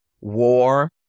war